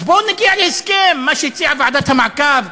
אז בוא נגיע להסכם, מה שהציעה ועדת המעקב,